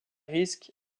risque